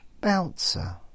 Bouncer